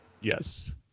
Yes